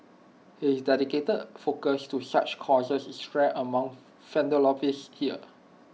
his dedicated focus to such causes is rare among philanthropists here